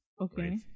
okay